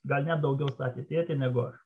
gal net daugiau statė tėtė negu aš